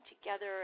together